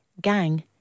gang